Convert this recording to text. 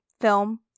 film